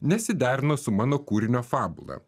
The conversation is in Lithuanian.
nesiderino su mano kūrinio fabula